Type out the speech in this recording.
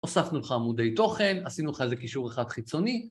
‫הוספנו לך עמודי תוכן, ‫עשינו לך איזה קישור אחד חיצוני.